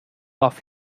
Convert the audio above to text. off